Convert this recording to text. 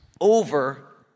over